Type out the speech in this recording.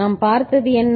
நாம் பார்த்தது என்ன